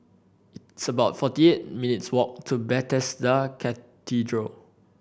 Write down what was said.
it's about forty eight minutes' walk to Bethesda Cathedral